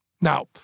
Now